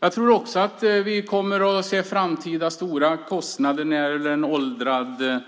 Jag tror också att vi kommer att se framtida stora kostnader när det gäller den